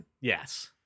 Yes